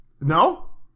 No